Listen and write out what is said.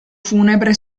funebre